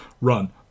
run